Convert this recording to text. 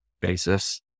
basis